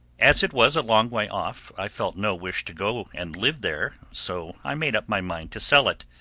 as it was a long way off, i felt no wish to go and live there so i made up my mind to sell it,